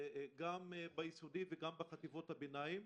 גם ביסודי וגם בחטיבות הבינים,